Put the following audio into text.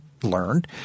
learned